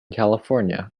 california